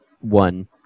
one